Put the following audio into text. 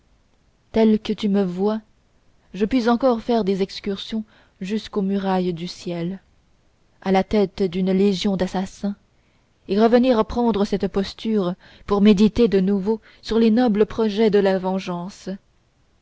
tel que tu me vois je puis encore faire des excursions jusqu'aux murailles du ciel à la tête d'une légion d'assassins et revenir prendre cette posture pour méditer de nouveau sur les nobles projets de la vengeance